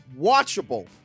watchable